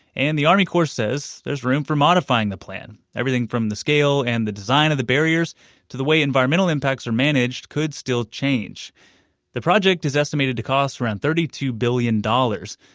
and the army corps says there's room for modifying the plan everything from the scale and the design of the barriers to the way environmental impacts are managed could still change the project is estimated to cost around thirty two billion dollars.